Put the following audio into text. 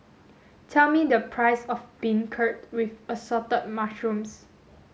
tell me the price of beancurd with assorted mushrooms